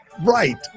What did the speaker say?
Right